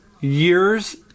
Years